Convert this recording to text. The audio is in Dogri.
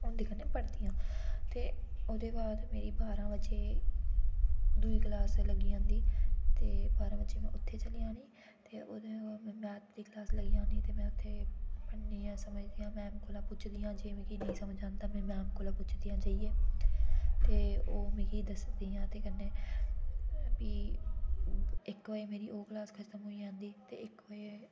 उ'न्दे कन्नै पढ़दी आं ते ओह्दे बाद मेरी बारां बजे दूई क्लॉस लग्गी जंदी ते बारां बजे में उ'त्थें चली जानी ते ओह्दे बाद में मैथ दी क्लॉस लग्गी जानी ते में उ'त्थें पढ़नी आं ते समझनी आं मैम कोला पुच्छदी आं जे मिगी नेईं समझ आंदा में मैम कोला पुच्छदी आं जाइयै ते ओह् मिगी दसदी आं ते कन्नै भी इक बजे मेरी ओह् क्लॉस खत्म होई जंदी ते इक बजे